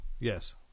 Yes